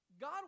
God